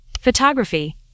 photography